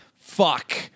Fuck